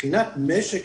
מבחינת משק